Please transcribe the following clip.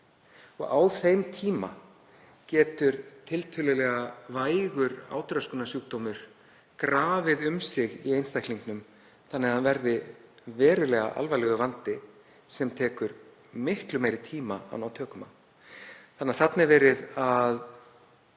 Á þeim tíma getur tiltölulega vægur átröskunarsjúkdómur grafið um sig í einstaklingnum þannig að hann verði verulega alvarlegur vandi sem tekur miklu meiri tíma að ná tökum á. Þarna er því verið